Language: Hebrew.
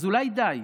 אז אולי די?